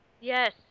yes